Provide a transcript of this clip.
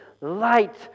light